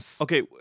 Okay